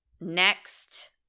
Next